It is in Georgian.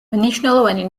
მნიშვნელოვანი